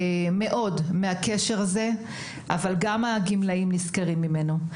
מהקשר הזה אבל גם הגמלאים נשכרים ממנו.